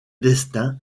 destin